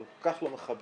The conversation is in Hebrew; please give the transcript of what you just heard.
כל כך לא מכבדת.